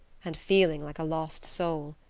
and feeling like a lost soul.